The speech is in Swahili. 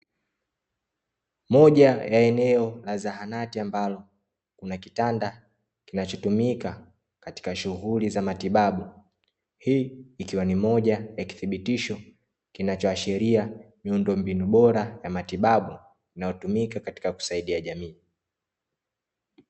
Moja ya eneo la zahanati ambalo kuna kitanda kinachotumika katika shughuli za matibabu, hii ikiwa ni moja ya kithibitisho kinachoashiria miundombinu bora ya matibabu, inayotumika katika kusaidia jamii.